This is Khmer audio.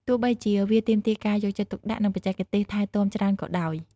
ទោះបីជាវាទាមទារការយកចិត្តទុកដាក់ និងបច្ចេកទេសថែទាំច្រើនក៏ដោយ។